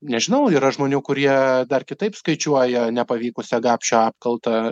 nežinau yra žmonių kurie dar kitaip skaičiuoja nepavykusią gapšio apkaltą